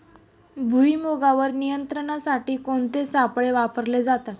भुईमुगावर नियंत्रणासाठी कोणते सापळे वापरले जातात?